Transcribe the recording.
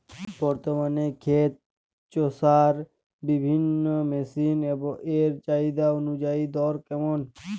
বর্তমানে ক্ষেত চষার বিভিন্ন মেশিন এর চাহিদা অনুযায়ী দর কেমন?